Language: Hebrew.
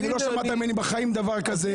בחיים לא שמעת ממני דבר כזה.